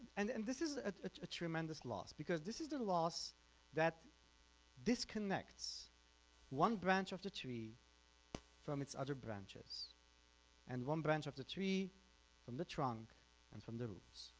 and and this is a tremendous loss because this is the the loss that disconnects one branch of the tree from its other branches and one branch of the tree from the trunk and from the roots,